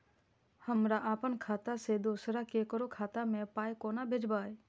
हमरा आपन खाता से दोसर ककरो खाता मे पाय कोना भेजबै?